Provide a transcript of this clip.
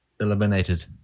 eliminated